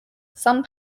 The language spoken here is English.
some